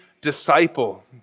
disciple